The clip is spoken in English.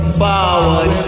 forward